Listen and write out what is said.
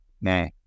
Nah